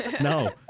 No